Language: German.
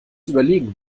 überlegen